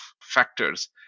factors